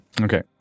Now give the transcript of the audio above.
Okay